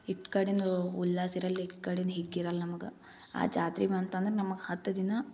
ಇತ್ತ ಕಡೆಯೂ ಉಲ್ಲಾಸ ಇರಲ್ಲ ಇತ್ತ ಕಡೆಯೂ ಹಿಗ್ಗು ಇರಲ್ಲ ನಮ್ಗೆ ಆ ಜಾತ್ರೆ ಬಂತಂದ್ರೆ ನಮಗೆ ಹತ್ತು ದಿನ